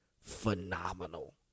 phenomenal